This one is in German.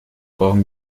brauchen